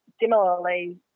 similarly